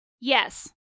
Yes